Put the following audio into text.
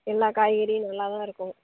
எல்லா காய்கறியும் நல்லா தான் இருக்கும்